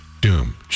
Doom